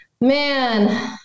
man